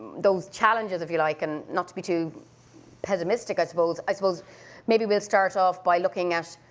those challenges, if you like, and not to be too pessimistic i suppose, i suppose maybe we'll start off by looking at,